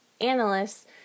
analysts